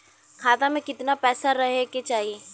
खाता में कितना पैसा रहे के चाही?